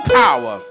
power